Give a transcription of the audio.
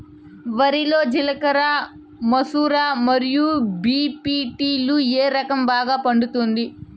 వరి లో జిలకర మసూర మరియు బీ.పీ.టీ లు ఏ రకం బాగా పండుతుంది